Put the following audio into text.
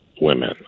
women